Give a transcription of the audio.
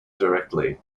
directly